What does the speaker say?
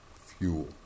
fuel